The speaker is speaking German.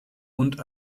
und